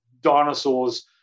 dinosaurs